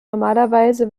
normalerweise